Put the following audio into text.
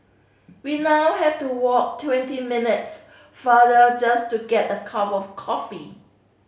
we now have to walk twenty minutes farther just to get a cup of coffee